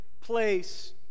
place